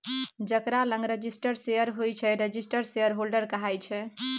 जकरा लग registered share होइ छै रजिस्टर्ड शेयरहोल्डर कहाइ छै